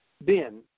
Ben